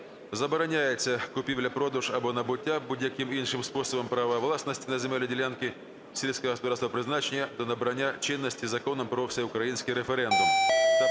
"Забороняється купівля-продаж або набуття будь-яким іншим способом права власності на земельні ділянки сільськогосподарського призначення до набрання чинності законом про всеукраїнський референдум